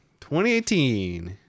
2018